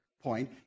point